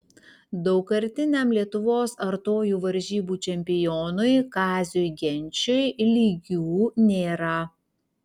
daugkartiniam lietuvos artojų varžybų čempionui kaziui genčiui lygių nėra